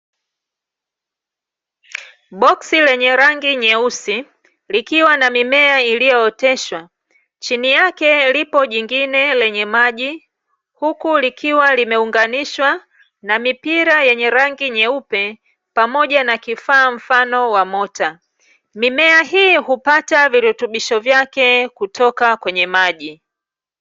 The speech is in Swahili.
Boksi lenye rangi nyeusi, likiwa na mimea iliyooteshwa. Chini yake lipo jingine lenye maji, huku likiwa limeunganishwa na mipira yenye rangi nyeupe, pamoja na kifaa mfano wa mota. Mimea hii hupata virutubisho vyake kutoka kwenye maji.